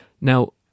Now